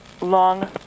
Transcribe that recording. long